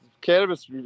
cannabis